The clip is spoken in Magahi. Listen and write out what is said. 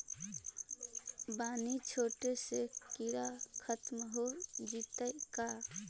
बानि छिटे से किड़ा खत्म हो जितै का?